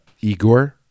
Igor